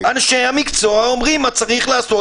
אנשי המקצוע אומרים מה צריך לעשות,